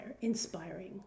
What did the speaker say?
inspiring